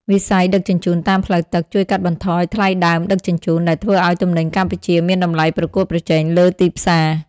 វិស័យដឹកជញ្ជូនតាមផ្លូវទឹកជួយកាត់បន្ថយថ្លៃដើមដឹកជញ្ជូន ដែលធ្វើឱ្យទំនិញកម្ពុជាមានតម្លៃប្រកួតប្រជែងលើទីផ្សារ។